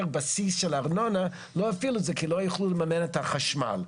בסיס של ארנונה לא הפעילו את זה כי לא יכלו לממן את החשמל.